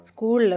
School